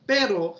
Pero